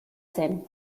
zen